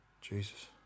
Jesus